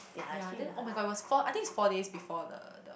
ya then [oh]-my-god was four I think is four days before the the